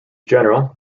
general